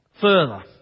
further